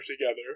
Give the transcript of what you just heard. together